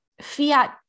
Fiat